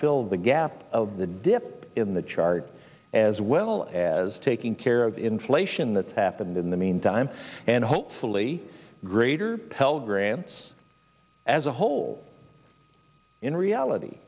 fill the gap of the dip in the chart as well as taking care of inflation that's happened in the meantime and hopefully greater pell grants as a whole in reality